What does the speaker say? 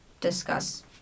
discuss